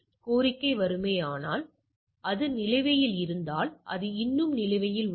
எனவே அது நிலுவையில் இருந்தால் அது இன்னும் நிலுவையில் உள்ளது